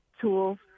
tools